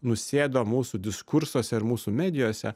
nusėdo mūsų diskursuose ir mūsų medijose